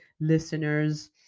listeners